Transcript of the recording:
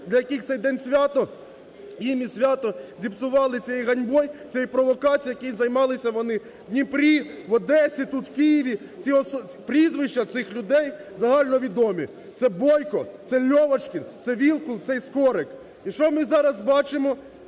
для яких цей день свято, їм і свято зіпсували цією ганьбою, цією провокацією, якою займалися вони в Дніпрі, в Одесі, тут, в Києві. Прізвища цих людей загальновідомі – це Бойко, це Льовочкін, це Вілкул, це і Скорик. І що ми зараз бачимо?